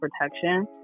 protection